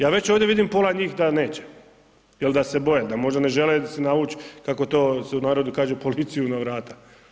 Ja već ovdje vidim pola njih da neće, jel da se boje, da možda ne žele si navuć kako se to u narodu kaže policiju na vrata.